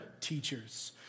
teachers